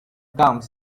comes